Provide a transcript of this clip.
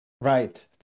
Right